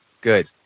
Good